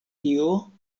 tio